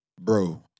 bro